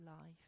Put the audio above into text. life